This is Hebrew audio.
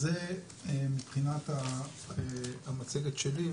זה מבחינת המצגת שלי.